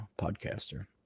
podcaster